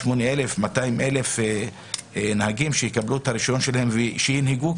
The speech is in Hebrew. ל-200,000 נהגים שיקבלו את הרישיון שלהם וינהגו,